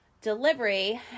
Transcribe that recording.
delivery